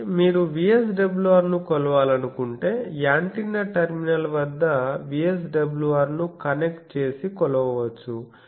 కాబట్టి మీరు VSWR ను కొలవాలనుకుంటే యాంటెన్నా టెర్మినల్ వద్ద VSWR ను కనెక్ట్ చేసి కొలవవచ్చు